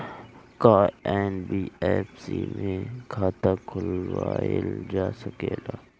का एन.बी.एफ.सी में खाता खोलवाईल जा सकेला?